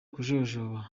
kujojoba